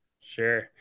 sure